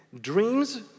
dreams